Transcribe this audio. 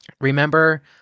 Remember